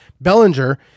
Bellinger